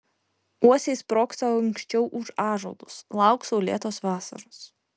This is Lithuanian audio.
uosiai sprogsta anksčiau už ąžuolus lauk saulėtos vasaros